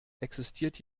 existiert